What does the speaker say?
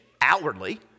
outwardly